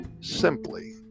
simply